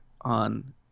on